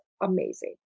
amazing